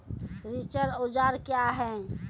रिचर औजार क्या हैं?